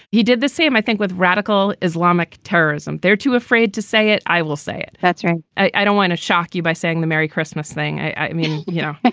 he did the same, i think, with radical islamic terrorism. they're too afraid to say it. i will say it. that's i don't want to shock you by saying the merry christmas thing. i mean, you know, like